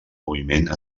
moviment